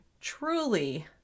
truly